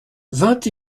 vingt